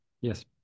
Yes